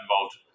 involved